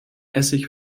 essig